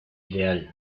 ideal